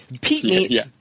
Pete